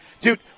Dude